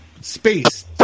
space